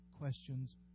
Questions